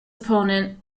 opponent